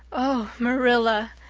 oh, marilla,